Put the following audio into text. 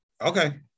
Okay